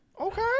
Okay